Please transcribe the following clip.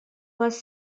was